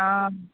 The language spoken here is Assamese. অঁ